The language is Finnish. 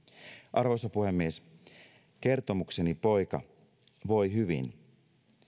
arvoisa puhemies kertomukseni poika voi hyvin